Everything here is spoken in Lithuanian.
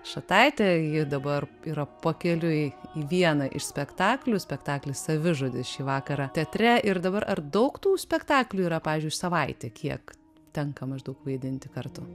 šataitė ji dabar yra pakeliui į vieną iš spektaklių spektaklis savižudis šį vakarą teatre ir dabar ar daug tų spektaklių yra pavyzdžiui į savaitę kiek tenka maždaug vaidinti kartų